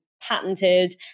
patented